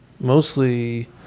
mostly